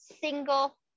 single